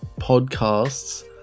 podcasts